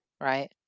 right